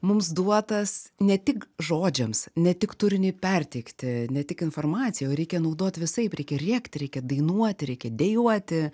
mums duotas ne tik žodžiams ne tik turiniui perteikti ne tik informaciją o reikia naudot visaip reikia rėkti reikia dainuoti reikia dejuoti